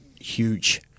huge